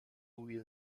will